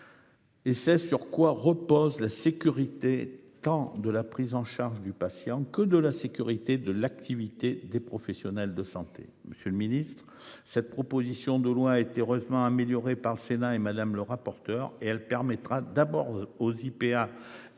Et c'est sur quoi repose la sécurité quand de la prise en charge du patient que de la sécurité de l'activité des professionnels de santé. Monsieur le Ministre, cette proposition de loi a été heureusement amélioré par le Sénat et madame le rapporteur et elle permettra d'abord aux IPA et au médecin et à l'ensemble des professionnels de santé,